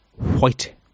white